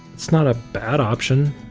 it's not a bad option,